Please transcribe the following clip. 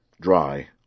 dry